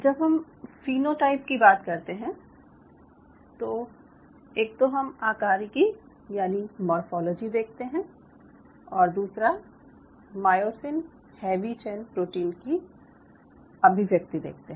जब हम फीनोटाइप की बात करते हैं तो एक तो हम आकारिकी यानि मोर्फोलॉजी देखते हैं और दूसरा मायोसिन हैवी चेन प्रोटीन की अभिव्यक्ति देखते हैं